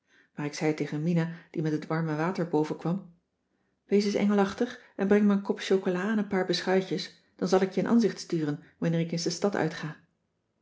maar ik zei tegen mina die met het warme water bovenkwam wees es engelachtig en breng me een kop chocola en een paar beschuitjes dan zal ik je een ansicht sturen wanneer ik eens de stad uitga